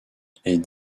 est